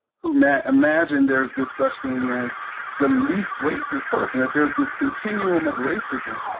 who met imagine there's this such thing as the least racist person, that there's this continuum of racism,